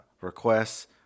requests